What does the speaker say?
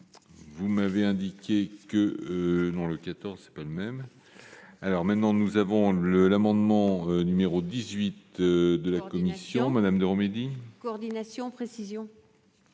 vous m'avez indiqué que non, le 14 c'est pas le même, alors maintenant nous avons le l'amendement numéro 18 de la commission madame ne remédie. Coordination précision.